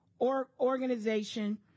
organization